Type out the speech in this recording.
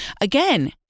again